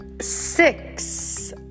six